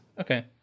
Okay